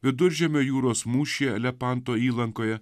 viduržemio jūros mūšyje elepanto įlankoje